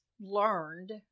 learned